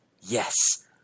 yes